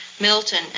Milton